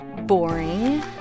boring